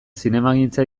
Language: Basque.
zinemagintza